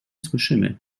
słyszymy